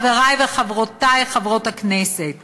חברי וחברותי חברי הכנסת,